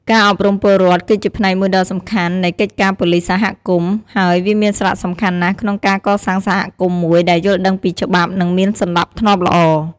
ការអប់រំពលរដ្ឋគឺជាផ្នែកមួយដ៏សំខាន់នៃកិច្ចការប៉ូលីសសហគមន៍ ហើយវាមានសារៈសំខាន់ណាស់ក្នុងការ កសាងសហគមន៍មួយដែលយល់ដឹងពីច្បាប់ និងមានសណ្តាប់ធ្នាប់ល្អ។